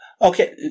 Okay